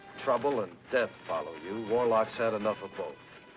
trouble and death follow you. warlock's had enough of both.